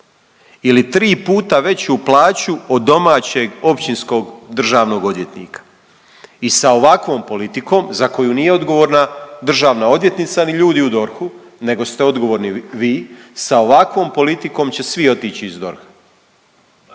ili tri puta veću plaću od domaćeg općinskog državnog odvjetnika. I sa ovakvom politikom za koju nije odgovorna državna odvjetnica ni ljudi u DORH-u nego ste odgovorni vi. Sa ovakvom politikom će svi otići iz DORH-a,